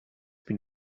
been